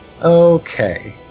Okay